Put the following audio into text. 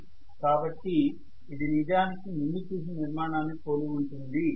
కాబట్టి ఇది నిజానికి ముందు చూసిన నిర్మాణాన్ని పోలి ఉంటుంది